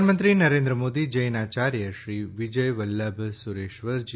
પ્રધાનમંત્રી નરેન્દ્ર મોદી જૈન આચાર્ય શ્રી વિજય વલ્લભ સુરિશ્વરજી